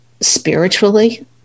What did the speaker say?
spiritually